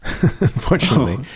unfortunately